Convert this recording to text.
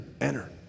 enter